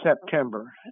September